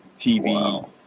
TV